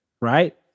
right